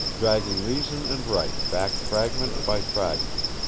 dragging reason and right back fragment by fragment,